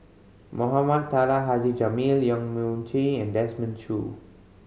Mohamed Taha Haji Jamil Yong Mun Chee and Desmond Choo